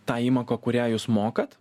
tą įmoką kurią jūs mokat